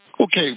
Okay